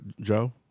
Joe